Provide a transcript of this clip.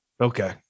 Okay